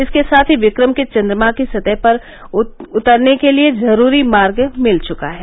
इसके साथ ही विक्रम के चन्द्रमा की सतह की ओर उतरने के लिए जरूरी मार्ग मिल चुका है